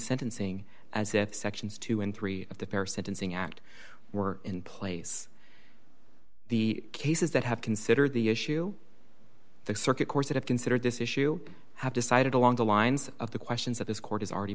sentencing as if sections two dollars and three dollars of the fair sentencing act were in place the cases that have considered the issue the circuit court that have considered this issue have decided along the lines of the questions that this court has already